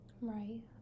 Right